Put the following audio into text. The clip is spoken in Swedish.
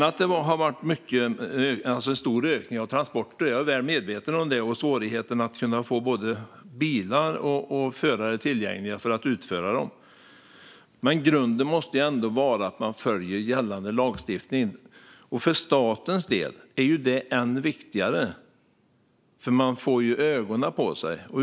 Jag är väl medveten om att det har skett en stor ökning av mängden transporter och om svårigheten med att få bilar och förare tillgängliga för att utföra dem. Men grunden måste ändå vara att man följer gällande lagstiftning. För statens del är detta än viktigare, för man får ju ögonen på sig.